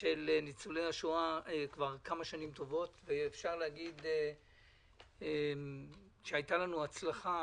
של ניצולי השואה כבר כמה שנים טובות ואפשר לומר שהייתה לנו הצלחה,